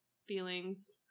Feelings